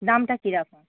দামটা কীরকম